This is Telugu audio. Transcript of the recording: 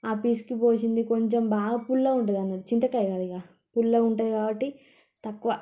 పిసికి పోసింది కొంచెం బాగా పుల్లగుంటుంది అన్నట్టు చింతకాయ కదా ఇగ పుల్లగుంటుంది కాబట్టి తక్కువ